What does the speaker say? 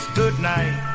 goodnight